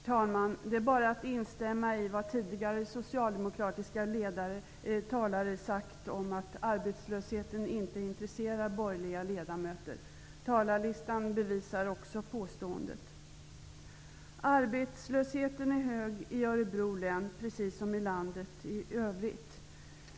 Herr talman! Det är bara att instämma i vad tidigare socialdemokratiska talare har sagt om att arbetslösheten inte intresserar borgerliga ledamöter. Talarlistan bevisar också påståendet. Arbetslösheten är hög i Örebro län precis som i landet i övrigt.